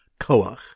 Koach